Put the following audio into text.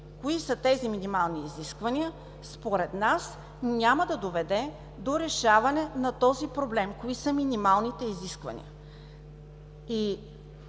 кои са тези минимални изисквания, според нас няма да доведе до решаване на този проблем – кои са минималните изисквания.